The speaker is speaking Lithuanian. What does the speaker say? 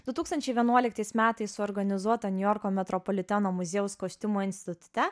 du tūkstančiai vienuoliktais metais suorganizuota niujorko metropoliteno muziejaus kostiumo institute